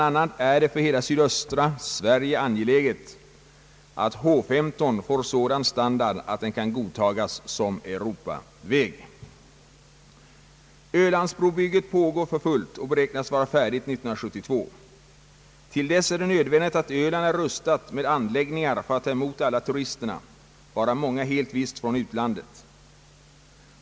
a. är det för hela sydöstra Sverige angeläget att H 15 får sådan standard att den kan godtagas som Europaväg. Ölandsbrobygget pågår för fullt och beräknas vara färdigt 1972. Till dess är det nödvändigt att öland är rustat med anläggningar för att ta emot alla turisterna, varav många helt visst från utlandet.